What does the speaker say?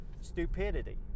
stupidity